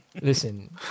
Listen